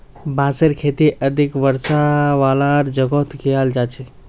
बांसेर खेती अधिक वर्षा वालार जगहत कियाल जा छेक